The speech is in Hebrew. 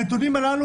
הנתונים הללו,